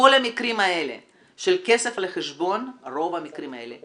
כל המקרים האלה של כסף לחשבון, רוב המקרים האלה,